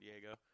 Diego